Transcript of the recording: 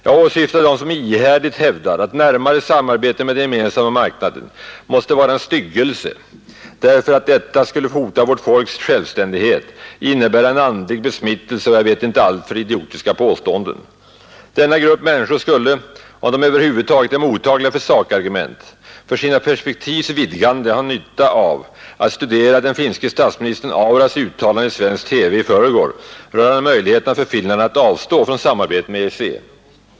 Jag åsyftar dem, som ihärdigt hävdar att närmare samarbete med Gemensamma marknaden måste vara en styggelse därför att detta skulle hota vårt folks självständighet, innebära en andlig besmittelse och jag vet icke allt av idiotiska påståenden. Denna grupp människor skulle — om de över huvud taget är mottagliga för sakargument — för sina perspektivs vidgande ha nytta av att studera den finske statsministern Auras uttalande i svensk TV i förrgår rörande möjligheterna för Finland att avstå från samarbete med EEC.